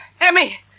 Emmy